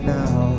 now